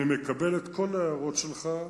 אני מקבל את כל ההערות שלך,